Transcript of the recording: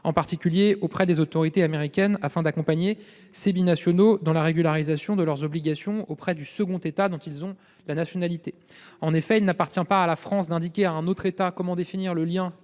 en particulier auprès des autorités américaines, afin de les accompagner dans la régularisation de leurs obligations auprès du second État dont ils ont la nationalité. En effet, il n'appartient pas à la France d'indiquer à un autre État comment définir le lien